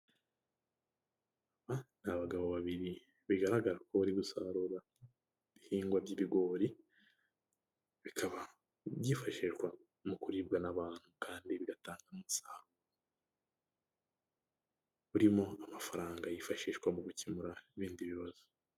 Ni abagabo babiri bigaragara ko bari gusarura ibihingwa by'ibigori bikaba byifashishwa mu kuribwa n'abantu, kandi bigatanga umusaruro burimo amafaranga yifashishwa mu gukemura ibindi bibazo.